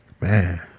Man